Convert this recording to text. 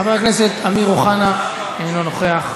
חבר הכנסת אמיר אוחנה, אינו נוכח.